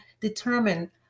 determine